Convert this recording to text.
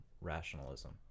rationalism